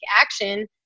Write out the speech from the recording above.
action